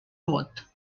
vot